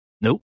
Nope